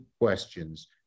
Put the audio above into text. questions